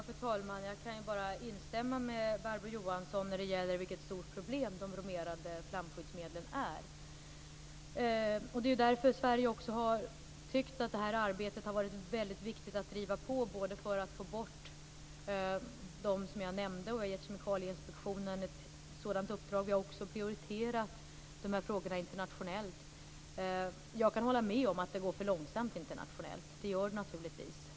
Fru talman! Jag kan bara instämma med Barbro Johansson när det gäller vilket stort problem de bromerade flamskyddsmedlen är. Det är därför Sverige har tyckt att det här arbetet har varit väldigt viktigt att driva på. Vi har också gett Kemikalieinspektionen i uppdrag att få bort de ämnen jag nämnde, och vi har prioriterat de här frågorna internationellt. Jag kan hålla med om att det går för långsamt internationellt. Det gör det naturligtvis.